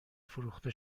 فروخته